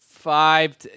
five